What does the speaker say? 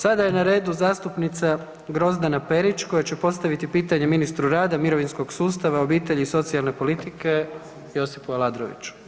Sada je na redu zastupnica Grozdana Perić koja će postaviti pitanje ministru rada, mirovinskog sustava, obitelji i socijalne politike Josipu Aladroviću.